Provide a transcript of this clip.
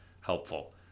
helpful